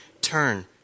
turn